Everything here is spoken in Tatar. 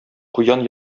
куян